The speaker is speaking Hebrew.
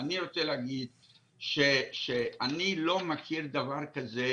אני רוצה לומר שאני לא מכיר דבר כזה